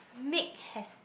make haste